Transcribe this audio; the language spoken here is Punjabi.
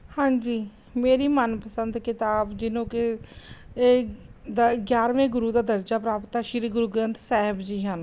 ਹਾਂਜੀ ਮੇਰੀ ਮਨਪਸੰਦ ਕਿਤਾਬ ਜਿਹਨੂੰ ਕਿ ਦਾ ਗਿਆਰ੍ਹਵੇਂ ਗੁਰੂ ਦਾ ਦਰਜਾ ਪ੍ਰਾਪਤ ਹੈ ਸ਼੍ਰੀ ਗੁਰੂ ਗ੍ਰੰਥ ਸਾਹਿਬ ਜੀ ਹਨ